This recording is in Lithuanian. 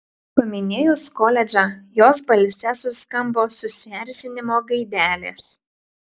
paminėjus koledžą jos balse suskambo susierzinimo gaidelės